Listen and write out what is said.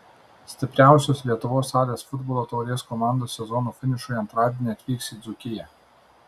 stipriausios lietuvos salės futbolo taurės komandos sezono finišui antradienį atvyks į dzūkiją